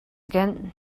again